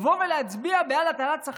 לבוא ולהצביע בעד הגדלת שכר,